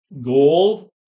Gold